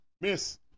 miss